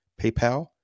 PayPal